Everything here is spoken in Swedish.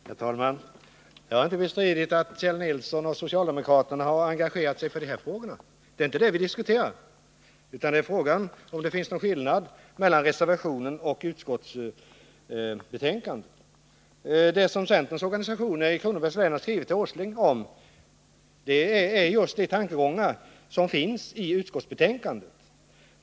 Herr talman! Jag har inte bestritt att Kjell Nilsson och övriga socialdemokrater har engagerat sig i dessa frågor. Det är inte det vi diskuterar, utan frågan gäller om det är någon skillnad mellan reservationen och utskottsmajoritetens skrivning. Det som centerns organisationer i Kronobergs län skrivit till Nils Åsling om är just de tankegångar som finns i utskottsmajoritetens skrivning.